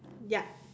yup